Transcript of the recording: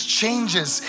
changes